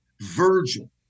Virgil